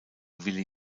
willy